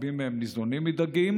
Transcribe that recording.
שרבים מהם ניזונים מדגים,